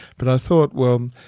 but i thought well,